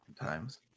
times